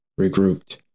regrouped